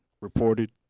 reported